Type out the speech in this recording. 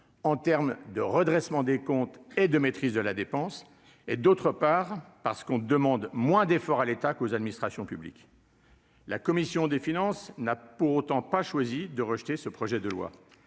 en termes de redressement des comptes et de maîtrise de la dépense et, d'autre part parce qu'on demande moins d'efforts à l'État qu'aux administrations publiques. La commission des finances n'a pour autant pas choisi de rejeter ce projet de loi